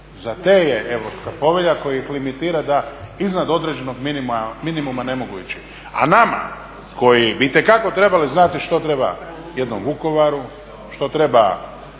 Za te je Europska povelja, koji ih limitira da iznad određenog minimuma ne mogu ići. A nama koji bi itekako trebali znati što treba jednom Vukovaru, što treba